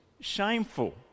shameful